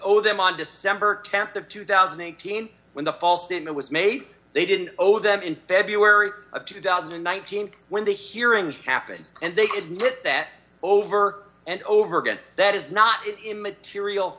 owe them on december th of two thousand and eighteen when the false statement was made they didn't owe them in february of two thousand and nineteen when the hearings happened and they could get that over and over again that is not immaterial